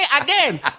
again